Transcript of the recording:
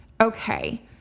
Okay